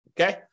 okay